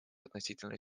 относительно